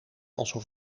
alsof